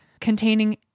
containing